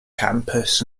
campus